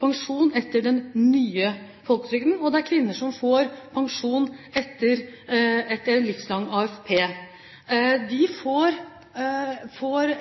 pensjon etter den nye folketrygden, og kvinner som får pensjon etter livslang AFP. De får